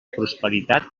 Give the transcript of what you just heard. prosperitat